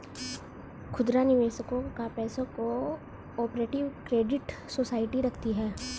खुदरा निवेशकों का पैसा को ऑपरेटिव क्रेडिट सोसाइटी रखती है